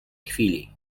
chwili